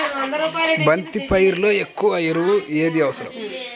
బంతి పైరులో ఎక్కువ ఎరువు ఏది అవసరం?